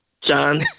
John